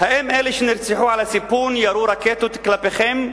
האם אלה שנרצחו על הסיפון ירו רקטות כלפיכם?